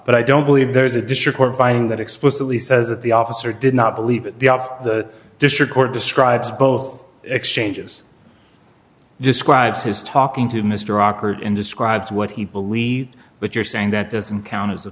but i don't believe there is a district court fighting that explicitly says that the officer did not believe the of the district court describes both exchanges describes his talking to mr awkward and described what he believed but you're saying that doesn't count as